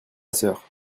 sœur